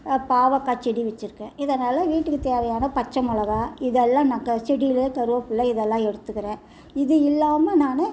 பாவக்காய் செடி வச்சுருக்கேன் இதனால் வீட்டுக்கு தேவையான பச்சை மிளகா இதெல்லாம் நான் க செடியிலயே கருவப்பிள்ள இதெல்லாம் எடுத்துக்கிறேன் இது இல்லாமல் நான்